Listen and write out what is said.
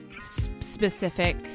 specific